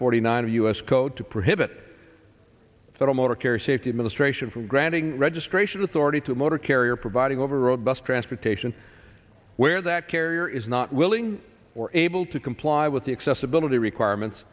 forty nine of u s code to prohibit the motor carrier safety administration from granting registration authority to a motor carrier providing overall bus transportation where that carrier is not willing or able to comply with the accessibility requirements